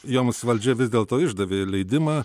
joms valdžia vis dėlto išdavė leidimą